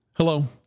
Hello